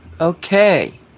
Okay